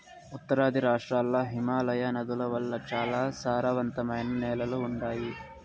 ఉత్తరాది రాష్ట్రాల్ల హిమాలయ నదుల వల్ల చాలా సారవంతమైన నేలలు ఉండాయి